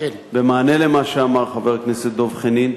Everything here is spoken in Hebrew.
במענה על מה שאמר חבר הכנסת דב חנין.